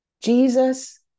Jesus